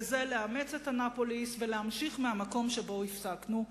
וזה לאמץ את אנאפוליס ולהמשיך מהמקום שבו הפסקנו,